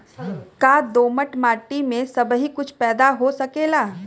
का दोमट माटी में सबही कुछ पैदा हो सकेला?